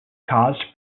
caused